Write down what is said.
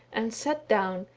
and sat down,